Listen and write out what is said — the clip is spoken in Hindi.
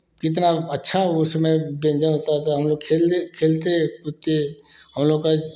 कितना अच्छा उस समय व्यंजन होता था हम लोग खेलने खेलते कूदते हम लोग का